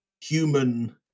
human